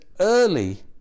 early